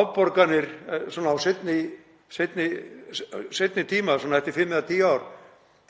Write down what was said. afborganir á seinni tíma, eftir fimm eða tíu ár,